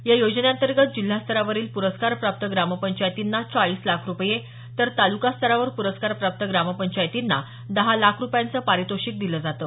या योजनेअंतर्गत जिल्हास्तरावरील पुरस्कार प्राप्त ग्रामपंचायतींना चाळीस लाख रुपये तर तालुका स्तरावर प्रस्कार प्राप्त ग्रामपचायतींना दहा लाख रुपयांचं पारितोषिक दिलं जातं